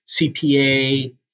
CPA